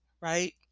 right